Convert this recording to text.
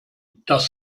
das